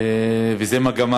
וזאת מגמה,